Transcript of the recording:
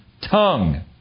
tongue